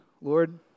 Lord